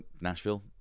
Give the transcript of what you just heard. nashville